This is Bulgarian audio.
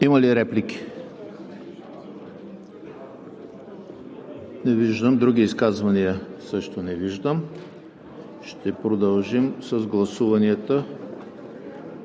Има ли реплики? Не виждам. Други изказвания? Също не виждам. Ще продължим с гласуванията